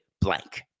blank